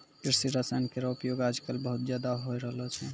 कृषि रसायन केरो उपयोग आजकल बहुत ज़्यादा होय रहलो छै